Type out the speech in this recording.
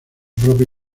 propia